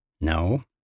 No